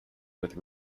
with